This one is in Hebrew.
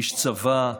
איש צבא,